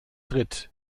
tritt